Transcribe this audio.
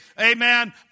amen